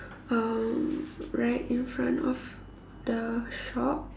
um right in front of the shop